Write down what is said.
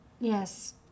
Yes